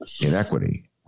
inequity